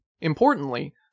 Importantly